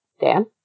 Dan